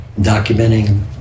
documenting